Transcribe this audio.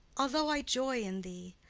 although i joy in thee,